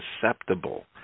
susceptible